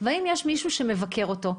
והאם יש מישהו שמבקר אותו?